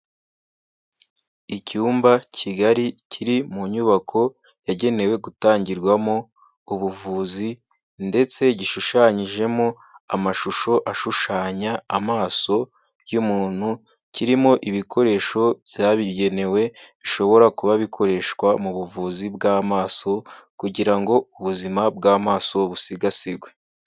Icyumba kigari kiri mu nyubako yagenewe gutangirwamo ubuvuzi ndetse gishushanyijemo amashusho ashushanya amaso y'umuntu, kirimo ibikoresho byabigenewe bishobora kuba bikoreshwa mu buvuzi bw'amaso kugira ngo ubuzima bw'amaso busigasirwe.